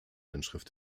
inschrift